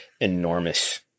enormous